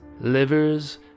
livers